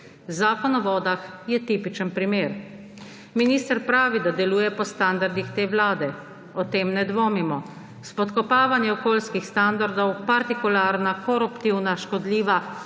Zakon o vodah je tipičen primer. Minister pravi, da deluje po standardih te vlade. O tem ne dvomimo. Spodkopavanje okoljskih standardov, partikularna, koruptivna, škodljiva,